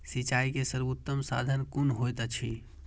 सिंचाई के सर्वोत्तम साधन कुन होएत अछि?